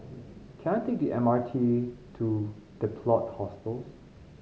can I take the M R T to The Plot Hostels